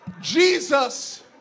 Jesus